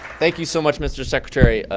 thank you so much, mr. secretary,